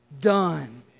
done